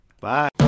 bye